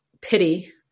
pity